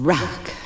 Rock